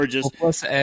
Plus